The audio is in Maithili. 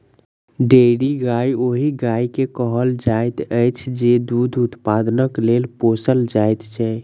डेयरी गाय ओहि गाय के कहल जाइत अछि जे दूध उत्पादनक लेल पोसल जाइत छै